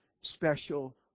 special